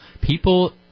People